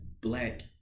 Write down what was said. black